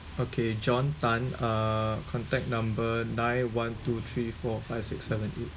okay john Tan uh contact number nine one two three four five six seven eight